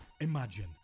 imagine